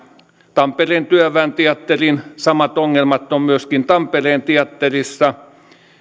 tampereen työväen teatterin ongelmat samat ongelmat ovat myöskin tampereen teatterissa